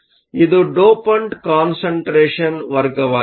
ಇದು dopant concentration concentration ವರ್ಗವಾಗಿದೆ